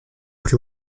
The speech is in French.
plus